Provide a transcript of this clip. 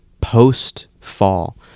post-fall